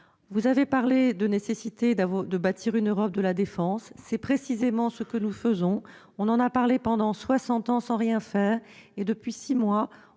Vous avez évoqué la nécessité de bâtir une Europe de la défense. C'est précisément ce que nous faisons. On en a parlé pendant soixante ans sans rien faire ; depuis six mois,